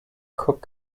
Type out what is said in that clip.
cook